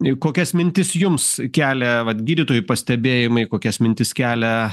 kokias mintis jums kelia vat gydytojų pastebėjimai kokias mintis kelia